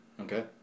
okay